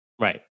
Right